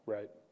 Right